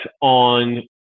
on